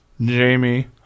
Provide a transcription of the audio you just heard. Jamie